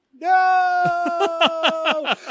No